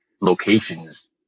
locations